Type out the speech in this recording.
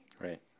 Right